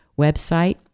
website